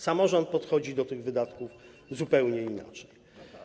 Samorząd podchodzi do tych wydatków zupełnie inaczej.